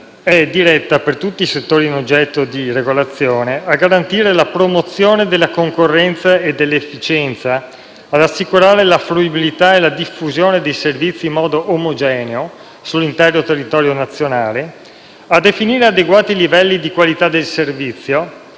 dell'Autorità è diretta, per tutti i settori in oggetto di regolazione; a garantire la promozione della concorrenza e dell'efficienza; ad assicurare la fruibilità e la diffusione dei servizio in modo omogeneo sull'intero territorio nazionale; a definire adeguati livelli di qualità di servizio;